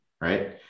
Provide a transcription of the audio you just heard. right